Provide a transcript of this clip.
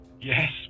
Yes